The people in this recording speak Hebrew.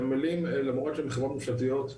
נמלים למרות שהם חברות ממשלתיות,